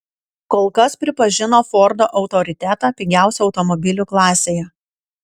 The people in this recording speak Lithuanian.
kol kas pripažino fordo autoritetą pigiausių automobilių klasėje